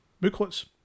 booklets